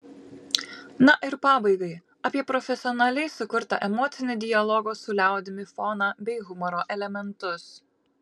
na ir pabaigai apie profesionaliai sukurtą emocinį dialogo su liaudimi foną bei humoro elementus